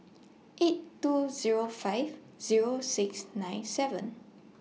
eight two Zero five Zero six nine seven